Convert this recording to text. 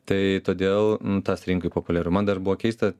tai todėl tas rinkoj populiaru man dar buvo keista